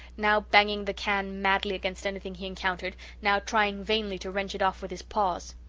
now banging the can madly against anything he encountered, now trying vainly to wrench it off with his paws.